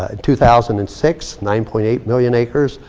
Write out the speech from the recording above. ah two thousand and six, nine point eight million acres.